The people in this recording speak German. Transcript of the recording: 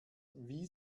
wie